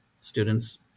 students